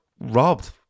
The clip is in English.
robbed